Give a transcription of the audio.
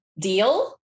deal